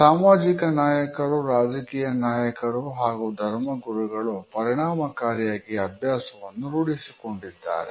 ಸಾಮಾಜಿಕ ನಾಯಕರು ರಾಜಕೀಯ ನಾಯಕರು ಹಾಗೂ ಧರ್ಮಗುರುಗಳು ಪರಿಣಾಮಕಾರಿಯಾಗಿ ಅಭ್ಯಾಸವನ್ನು ರೂಡಿಸಿಕೊಂಡಿದ್ದಾರೆ